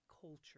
culture